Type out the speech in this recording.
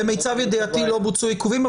למיטב ידיעתי לא בוצעו עיכובים,